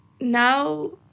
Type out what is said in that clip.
now